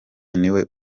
niwe